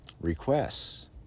requests